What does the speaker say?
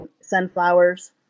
Sunflowers